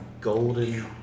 golden